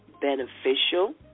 beneficial